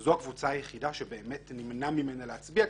זו הקבוצה היחידה שבאמת נמנע ממנה להצביע,